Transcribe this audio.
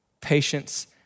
patience